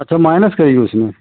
अच्छा माइनस की उस में